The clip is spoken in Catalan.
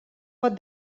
pot